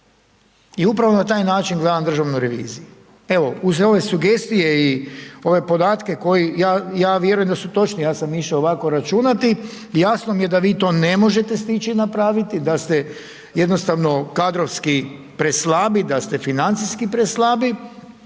I upravo na taj način gledam državnu reviziju. Evo uz ove sugestije i ove podatke koje ja vjerujem da su točni, ja sam išao ovako računati i jasno mi je da vi to ne možete stići napraviti, da ste jednostavno kadrovski preslabi, da ste financijski preslabi